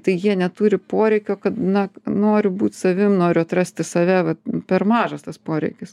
tai jie neturi poreikio na noriu būt savim noriu atrasti save va per mažas tas poreikis